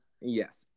yes